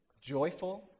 joyful